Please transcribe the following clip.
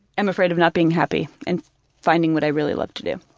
am afraid of not being happy and finding what i really love to do.